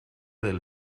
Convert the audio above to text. del